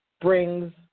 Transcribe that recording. brings